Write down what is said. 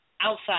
Outside